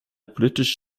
politische